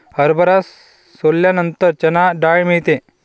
हरभरा सोलल्यानंतर चणा डाळ मिळते